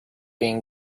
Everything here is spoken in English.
been